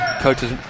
coaches